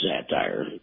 satire